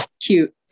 cute